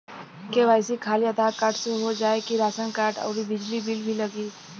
KYC खाली Aadhaar card से हो जाए कि राशन कार्ड अउर बिजली बिल भी लगी?